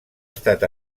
estat